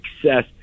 success